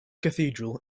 cathedral